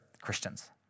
Christians